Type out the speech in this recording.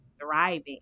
thriving